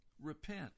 repent